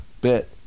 bit